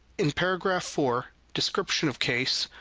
in paragraph four, description of case,